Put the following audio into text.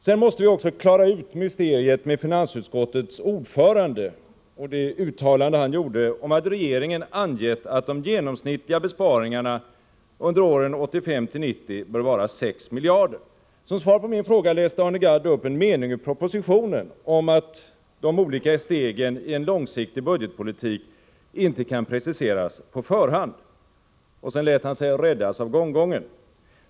Sedan måste vi klara ut mysteriet med finansutskottets ordförandes uttalande om att regeringen angett att de genomsnittliga besparingarna under åren 1985-1990 bör vara 6 miljarder. Som svar på min fråga läste Arne Gadd upp en mening ur propositionen om att de olika stegen i en långsiktig budgetpolitik inte kan preciseras på förhand. Sedan lät han sig räddas av gonggongen.